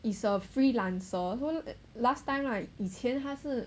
is a freelancer so last time right 以前他是